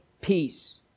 peace